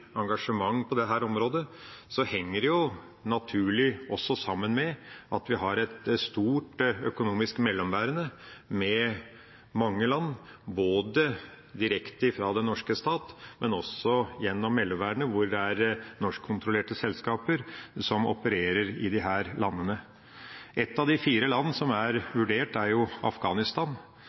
engasjement på dette området, henger det naturlig sammen med at vi har et stort økonomisk mellomværende med mange land, både direkte fra den norske stat og gjennom mellomværende hvor det er norskkontrollerte selskaper som opererer i disse landene. Ett av de fire land som er vurdert, er Afghanistan,